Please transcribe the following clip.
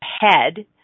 head